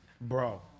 Bro